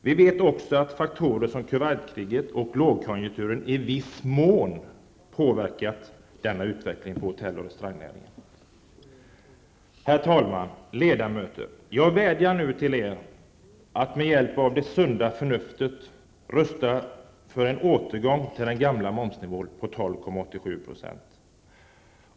Vi vet att även faktorer som Kuwaitkriget och lågkonjunkturen i viss mån påverkat denna utveckling inom hotell, och restaurangnäringen. Herr talman! Ledamöter! Jag vädjar nu till er att ni med hjälp av det sunda förnuftet röstar för en återgång till den gamla momsnivån på 12,87 %.